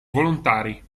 volontari